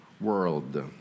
world